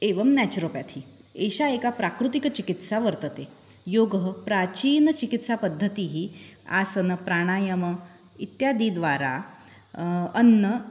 एवं नेचुरोप्याथी एषा एका प्राकृतिकचिकित्सा वर्तते योगः प्राचीनचिकित्सापद्धतिः आसनं प्राणायामः इत्यादि द्वारा अन्नं